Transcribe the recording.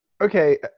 Okay